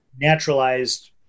naturalized